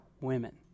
women